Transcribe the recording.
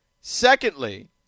Secondly